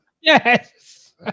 Yes